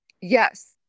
Yes